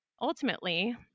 ultimately